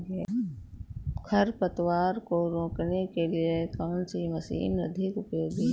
खरपतवार को रोकने के लिए कौन सी मशीन अधिक उपयोगी है?